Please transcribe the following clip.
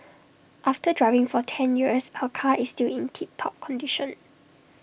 after driving for ten years her car is still in tip top condition